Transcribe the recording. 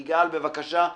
יגאל פרסלר, בבקשה.